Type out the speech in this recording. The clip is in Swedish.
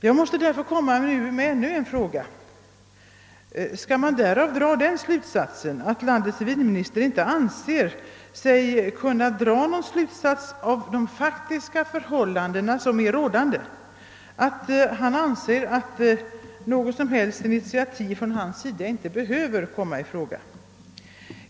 Jag måste därför komma med ännu en fråga: Skall man bibringas den uppfattningen att landets civilminister inte anser sig kunna dra någon slutsats av de faktiska förhållanden som är rådande och att han anser att något som helst initiativ från hans sida inte behöver tagas?